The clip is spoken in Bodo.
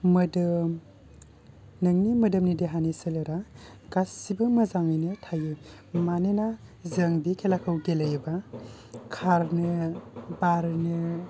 मोदोम नोंनि देहानि मोदोमनि सोलेरा गासिबो मोजाङैनो थायो मानोना जों बे खेलाखौ गेलेयोबा खारनो बारनो